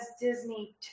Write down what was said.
Disney